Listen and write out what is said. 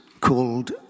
called